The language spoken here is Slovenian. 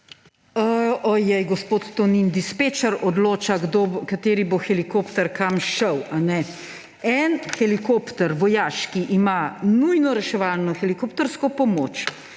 Gospod Tonin, dispečer odloča, kateri bo helikopter kam šel, a ne? En vojaški helikopter ima nujno reševalno helikoptersko pomoč,